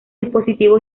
dispositivo